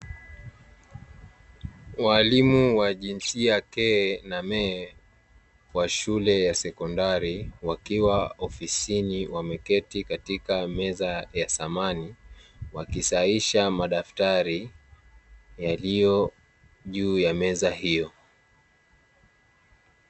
Walimu wa jinsia ke na me wa shule ya sekondari wakiwa ofisini wameketi katika ya meza thamani wakisahihisha madaftari yaliyo juu ya meza hiyo.